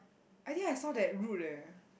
I think I saw that route leh